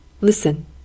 Listen